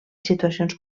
situacions